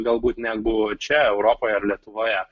galbūt negu čia europoje ar lietuvoje